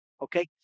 Okay